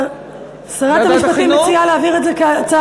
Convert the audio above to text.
שרת המשפטים מציעה להעביר את זה כהצעה